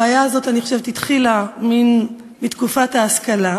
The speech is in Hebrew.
הבעיה הזאת, אני חושבת, התחילה בתקופת ההשכלה,